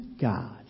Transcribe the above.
God